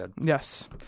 Yes